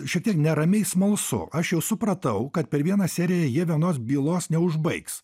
šiek tiek neramiai smalsu aš jau supratau kad per vieną seriją jie vienos bylos neužbaigs